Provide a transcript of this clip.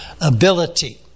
ability